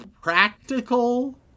practical